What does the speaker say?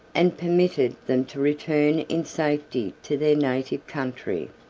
and permitted them to return in safety to their native country.